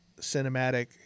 cinematic